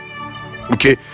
okay